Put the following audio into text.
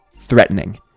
threatening